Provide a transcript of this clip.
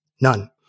none